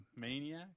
maniac